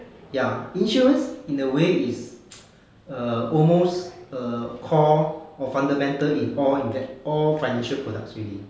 ya insurance in the way is err almost err core or fundamental in all in inve~ in all financial products already